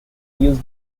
years